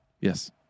Yes